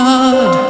God